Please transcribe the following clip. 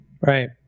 Right